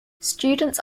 students